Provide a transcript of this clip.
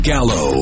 Gallo